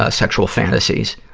ah sexual fantasies.